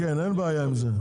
כן כן אין בעיה עם זה,